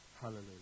Hallelujah